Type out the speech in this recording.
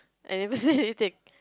I never say anything